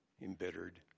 embittered